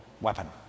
weapon